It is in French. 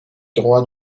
droits